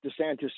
DeSantis